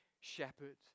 shepherd